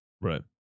right